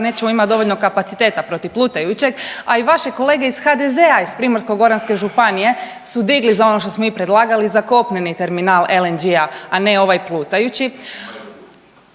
nećemo imati dovoljno kapaciteta protiv plutajućeg, a i vaše kolege iz HDZ-a iz Primorsko-goranske županije su digli za ono što smo mi predlagali za kopneni terminal LNG-a, a ne ovaj plutajući.